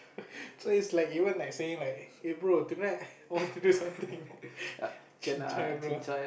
so it's like even like saying like eh bro tonight want to do something chin-cai bro